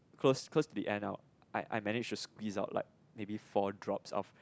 cause cause the end up I manage to squeeze out like maybe four drops of